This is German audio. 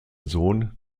sohn